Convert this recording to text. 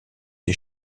des